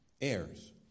heirs